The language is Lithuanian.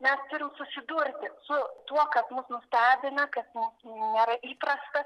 mes turim susidurti su tuo kad mus nustebina kad mums nėra įprasta